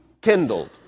kindled